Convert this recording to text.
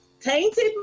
tainted